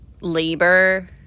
labor